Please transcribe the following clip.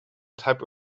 type